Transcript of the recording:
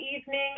evening